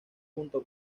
junto